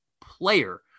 player